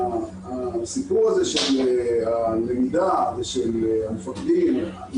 הסיפור הזה של הלמידה ושל המפקדים אני